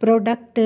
product